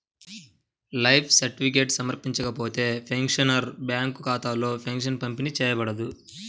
life certificate సమర్పించకపోతే, pensioner bank ఖాతాలో pension పంపిణీ చేయబడదు